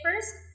first